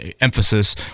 emphasis